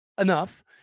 enough